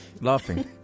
laughing